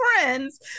friends